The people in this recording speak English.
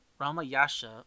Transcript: Ramayasha